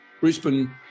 Brisbane